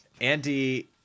Andy